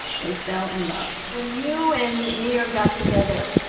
they fell in love when you and nir got together,